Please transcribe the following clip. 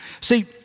See